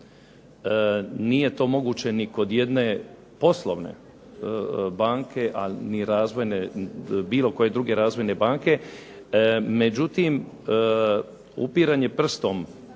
Nije to moguće ni kod jedne poslovne banke, bilo koje druge razvojne banke. Međutim, upiranje prstom